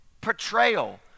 portrayal